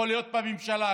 יכול להיות שגם בממשלה,